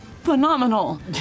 Phenomenal